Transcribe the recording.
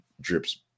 drips